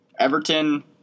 Everton